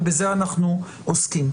ובזה אנחנו עוסקים.